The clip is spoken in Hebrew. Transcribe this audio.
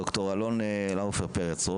ד"ר אלון לאופר פרץ,